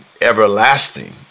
everlasting